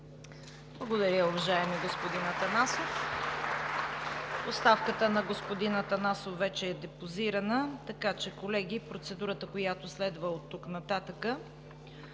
Благодаря, уважаеми господин Атанасов. Оставката на господин Атанасов вече е депозирана, така че, колеги, процедурата, която следва оттук нататък